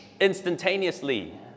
instantaneously